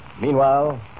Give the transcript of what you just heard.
Meanwhile